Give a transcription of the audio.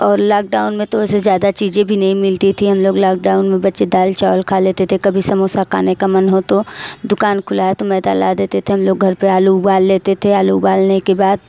और लॉकडाउन में तो वैसे ज़्यादा चीज़े भी नहीं मिलती थी हम लोग लॉकडाउन में बच्चे दाल चावल खा लेते थे कभी समौसा खाने का मन हो तो दुकान खुला है तो मैदा ला देते थे हम लोग घर पर आलू उबाल लेते थे आलू उबालने के बाद